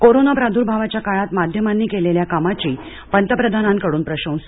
corona प्रदर्भावाच्या काळात माध्यमांनी केलेल्या कामाची पंतप्रधानांकडून प्रशंसा